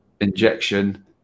injection